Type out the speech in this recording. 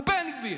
הוא בן גביר.